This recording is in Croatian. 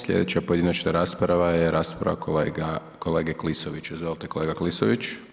Slijedeća pojedinačna rasprava je rasprava kolega, kolege Klisovića, izvolite kolega Klisović.